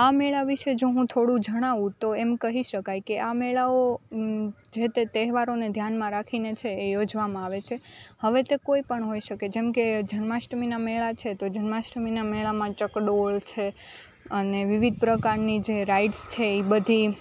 આ મેળા વિષે જો હું થોડું જણાવું તો એમ કહી શકાય કે આ મેળાઓ જે તે તહેવારોને ધ્યાનમાં રાખીને છે એ યોજવામાં આવે છે હવે તે કોઈ પણ હોઈ શકે જેમ કે જન્માષ્ટમીના મેળા છે તો જન્માષ્ટમીના મેળામાં ચકડોળ છે અને વિવિધ પ્રકારની જે રાઇડ્સ છે એ બધી